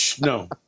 No